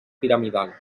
piramidal